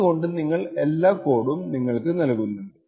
അതുകൊണ്ട് ഞങ്ങൾ എല്ലാ കോഡും നിങ്ങൾക്ക് നൽകുന്നുണ്ട്